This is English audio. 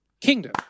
Kingdom